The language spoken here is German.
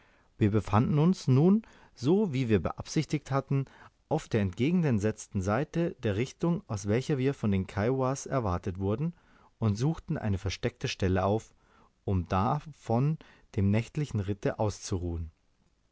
wir befanden uns nun so wie wir beabsichtigt hatten auf der entgegengesetzten seite der richtung aus welcher wir von den kiowas erwartet wurden und suchten eine versteckte stelle auf um da von dem nächtlichen ritte auszuruhen